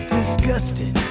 Disgusted